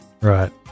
Right